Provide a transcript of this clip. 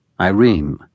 Irene